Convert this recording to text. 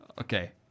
Okay